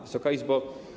Wysoka Izbo!